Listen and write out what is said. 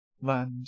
land